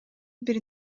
бир